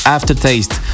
Aftertaste